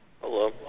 Hello